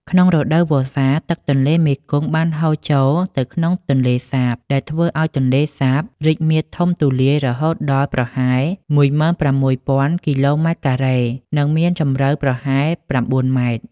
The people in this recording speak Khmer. ក្នុងរដូវវស្សា ទឹកទន្លេមេគង្គបានហូរចូលទៅក្នុងទន្លេសាប ដែលធ្វើឲ្យទន្លេសាបរីកមាឌធំទូលាយរហូតដល់ប្រហែល ១៦,០០០ គីឡូម៉ែត្រការ៉េ និងមានជម្រៅប្រហែល ៩ ម៉ែត្រ។